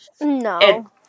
no